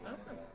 Awesome